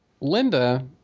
Linda